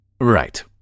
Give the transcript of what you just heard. Right